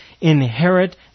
inherit